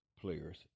players